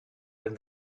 than